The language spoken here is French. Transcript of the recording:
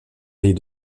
les